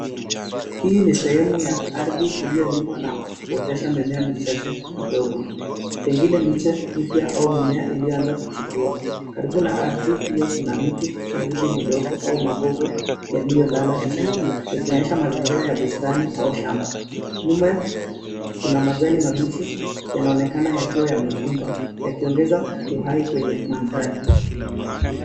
Hii ni sehemu ya ardhi iliyolimwa na kuotesha mimea michache midogo. Pengine miche mipya au mimea iliyoanza kuchipua. Karibu na ardhi hiyo kuna miti miwili midogo au magongo yaliyolala chini, yakionyesha mazingira ya bustani au shamba. Nyuma kuna majani mabichi yanaonekana yakiwa yamevumba. Yakiongeza uhai kwenye manthari.